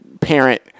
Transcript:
parent